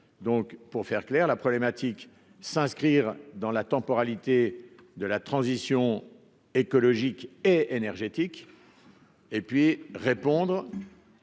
donc pour faire clair, la problématique s'inscrire dans la temporalité de la transition écologique et énergétique et puis répondre